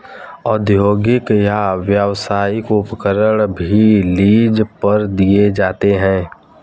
औद्योगिक या व्यावसायिक उपकरण भी लीज पर दिए जाते है